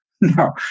No